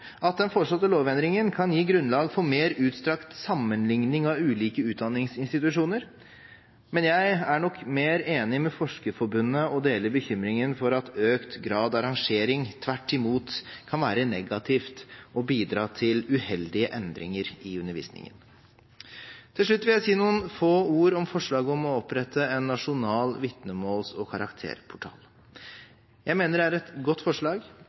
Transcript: at den foreslåtte lovendringen kan gi grunnlag for mer utstrakt sammenligning av ulike utdanningsinstitusjoner, men jeg er nok mer enig med Forskerforbundet og deler bekymringen for at økt grad av rangering tvert imot kan være negativt og bidra til uheldige endringer i undervisningen. Til slutt vil jeg si noen få ord om forslaget om å opprette en nasjonal vitnemåls- og karakterportal. Jeg mener det er et godt forslag.